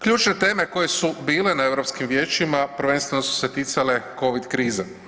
Ključne teme koje su bile na Europskim vijećima prvenstveno su se ticale covid krize.